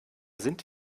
sind